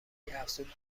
افزود